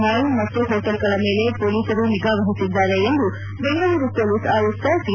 mall ಮತ್ತು ಹೋಟೆಲ್ಗಳ ಮೇಲೆ ಪೊಲೀಸರು ನಿಗಾವಹಿಸಿದ್ದಾರೆ ಎಂದು ಬೆಂಗಳೂರು ಪೊಲೀಸ್ ಆಯುಕ್ತ ಟಿ